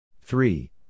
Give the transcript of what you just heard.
Three